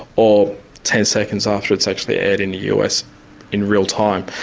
or ten seconds after it's actually aired in the us in real time.